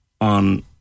on